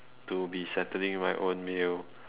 to be settling my own meal